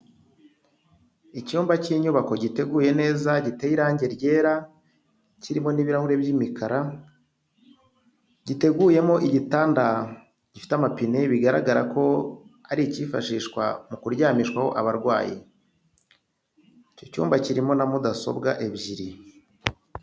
Icyumba cy'inyubako giteguye neza giteye irangi ryera, kirimo n'ibirahuri by'imikara, giteguyemo igitanda gifite amapine, bigaragara ko ari ikifashishwa mu kuryamishwaho abarwayi, icyo cyumba kirimo na mudasobwa ebyiri.